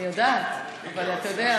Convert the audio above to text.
אני יודעת, אבל אתה יודע,